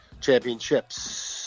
Championships